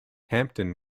hampton